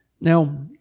Now